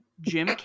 Jim